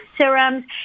serums